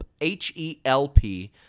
H-E-L-P